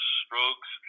strokes